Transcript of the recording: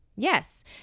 Yes